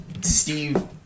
Steve